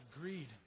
greed